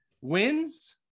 wins